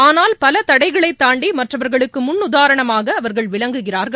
ஆனால் பலதடைகளைத் தாண்டிமற்றவர்களுக்குமுன்னுதாரணமாகஅவர்கள் விளங்குகிறார்கள்